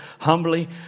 humbly